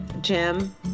Jim